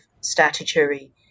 statutory